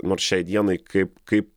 nors šiai dienai kaip kaip